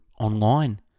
online